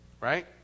Right